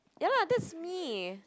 ya lah that's me